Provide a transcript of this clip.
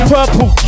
Purple